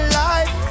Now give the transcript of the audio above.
life